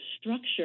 structure